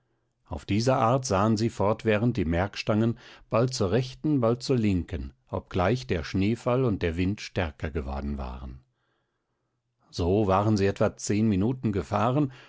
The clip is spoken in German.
auf diese art sahen sie fortwährend die merkstangen bald zur rechten bald zur linken obgleich der schneefall und der wind stärker geworden waren so waren sie etwa zehn minuten gefahren